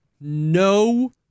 no